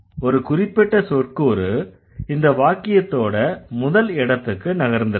ஒரு குறிப்பிட்ட சொற்கூறு இந்த வாக்கியத்தோட முதல் இடத்துக்கு நகர்ந்திருக்கு